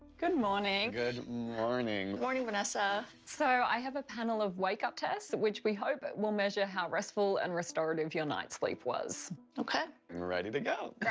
good morning! good morning. good morning, vanessa. so, i have a panel of wake-up tests, which we hope will measure how restful and restorative your night's sleep was. okay. i'm ready to go! great!